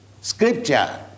scripture